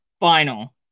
final